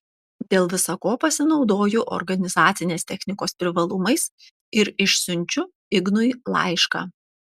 dėl visa ko pasinaudoju organizacinės technikos privalumais ir išsiunčiu ignui laišką